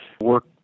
work